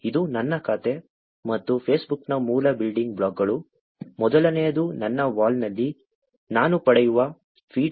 ಇದು ನನ್ನ ಖಾತೆ ಮತ್ತು ಫೇಸ್ಬುಕ್ನ ಮೂಲ ಬಿಲ್ಡಿಂಗ್ ಬ್ಲಾಕ್ಗಳು ಮೊದಲನೆಯದು ನನ್ನ ವಾಲ್ನಲ್ಲಿ ನಾನು ಪಡೆಯುವ ಫೀಡ್